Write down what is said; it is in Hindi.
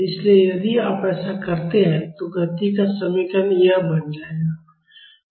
इसलिए यदि आप ऐसा करते हैं तो गति का समीकरण यह बन जाएगा